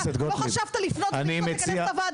לא חשבת לפנות --- הוועדה?